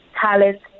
talent